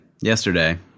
yesterday